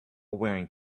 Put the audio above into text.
wearing